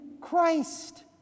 Christ